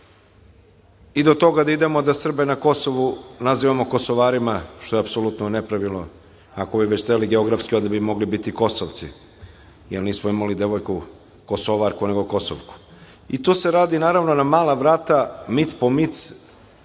Do toga da idemo da Srbe na Kosovu nazivamo Kosovarima, što je apsolutno nepravilno. Ako bi već hteli geografski onda bi mogli biti Kosovci, jer nismo imali devojku Kosovarku, nego Kosovku. To se radi, naravno, na mala vrata, mic po mic,